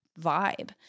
vibe